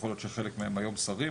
יכול להיות שחלק מהם היום שרים,